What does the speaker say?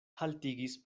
haltigis